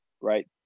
right